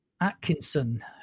Atkinson